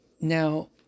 Now